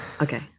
okay